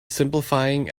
simplifying